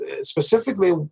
specifically